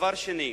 דבר שני: